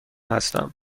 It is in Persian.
هستم